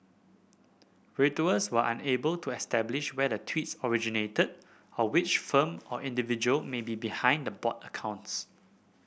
Reuters was unable to establish where the tweets originated or which firm or individual may be behind the bot accounts